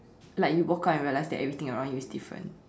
like you woke up in real life then everything around you is different